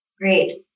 Great